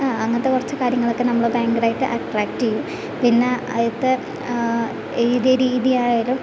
ആഹ് അങ്ങനത്തെ കുറച്ച് കാര്യങ്ങളൊക്കെ നമ്മൾ ഭയങ്കരായിട്ട് അട്രാക്ട് ചെയ്യും പിന്നെ അതിലത്തെ എഴുതിയ രീതിയായാലും